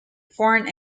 foreign